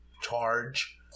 charge